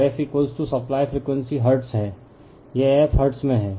और f supply frequency hertz है यह f हर्ट्ज़ में है